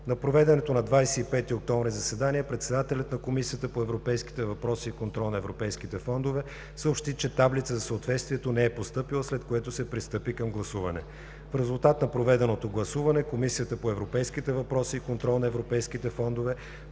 На проведеното на 25 октомври заседание председателят на Комисията по европейските въпроси и контрол на европейските фондове съобщи, че таблица за съответствието не е постъпила, след което се пристъпи към гласуване. В резултат на проведеното гласуване Комисията по европейските въпроси и контрол на европейските фондове